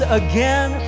again